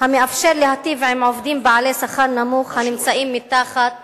המאפשר להיטיב עם עובדים בעלי שכר נמוך הנמצאים מתחת